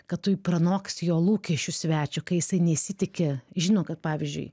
kad tu pranoksti jo lūkesčius svečio kai jisai nesitiki žino kad pavyzdžiui